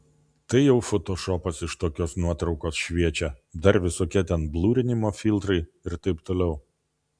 tai jau fotošopas iš tokios nuotraukos šviečia dar visokie ten blurinimo filtrai ir taip toliau